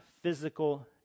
physical